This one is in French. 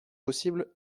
possible